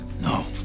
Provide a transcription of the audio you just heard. No